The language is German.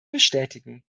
bestätigen